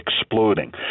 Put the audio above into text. exploding